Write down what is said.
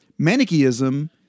Manichaeism